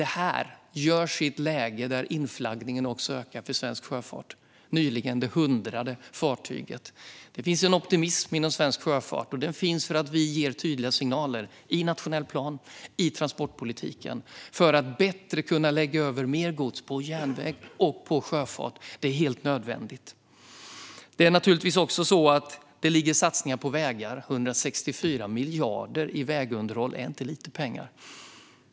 Detta görs i ett läge när inflaggningen ökar för svensk sjöfart - nyligen nådde man det hundrade fartyget. Det finns en optimism inom svensk sjöfart, och den finns därför att vi ger tydliga signaler i den nationella planen och i transportpolitiken för att bättre kunna lägga över mer gods på järnväg och på sjöfart. Det är helt nödvändigt. Det är naturligtvis också så att det finns satsningar på vägar - 164 miljarder i vägunderhåll är inte lite pengar.